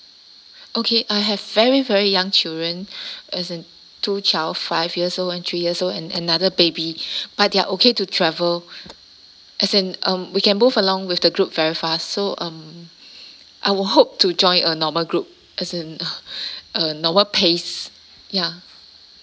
okay I have very very young children as in two child five years old and three years old and another baby but they're okay to travel as in um we can move along with the group very fast so um I would hope to join a normal group as in a normal pace ya